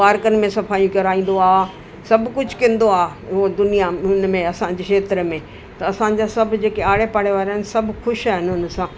पार्कनि में सफ़ाई कराईंदो आहे सभु कुझु कंदो आहे उहो दुनिया हुन में असांजे क्षेत्र में त असांजा सभु जेके आड़े पाड़े वारा आहिनि सभु ख़ुशि आहिनि हुन सां